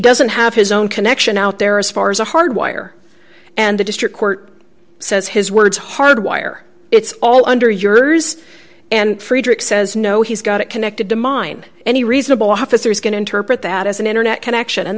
doesn't have his own connection out there as far as a hardwire and the district court says his words hardwire it's all under yours and friedrich says no he's got it connected to mine any reasonable officer is going to interpret that as an internet connection and